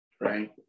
right